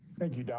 thank you, don.